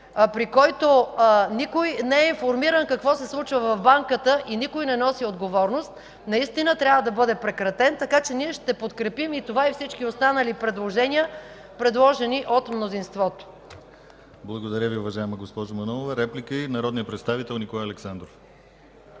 при който никой не е информиран какво се случва в Банката и никой не носи отговорност, наистина трябва да бъде прекратен, така че ние ще подкрепим и това, и всички останали предложения, направени от мнозинството. ПРЕДСЕДАТЕЛ ДИМИТЪР ГЛАВЧЕВ: Благодаря Ви, уважаема госпожо Манолова. Реплики? Народният представител Николай Александров.